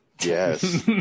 yes